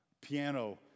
piano